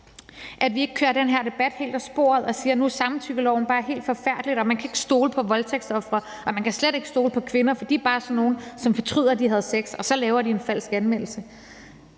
at vi ikke kører den her debat helt af sporet og siger, at nu er samtykkeloven bare helt forfærdelig, og at man ikke kan stole på voldtægtsofre, og at man slet ikke kan stole på kvinder, for de er bare sådan nogen, som fortryder, at de havde sex, og så laver de en falsk anmeldelse.